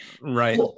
Right